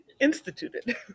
instituted